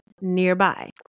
nearby